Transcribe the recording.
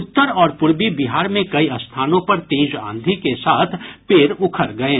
उत्तर और पूर्वी बिहार में कई स्थानों पर तेज आंधी के साथ पेड़ उखड़ गये